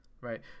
Right